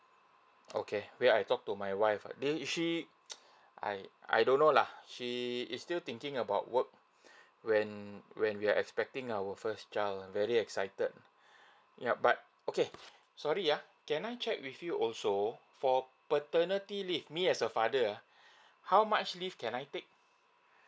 okay wait I talk to my wife did she I I don't know lah she is still thinking about work when when we are expecting our first child very excited yup but okay sorry yeah can I check with you also for paternity leave me as a father uh how much leave can I take